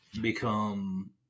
become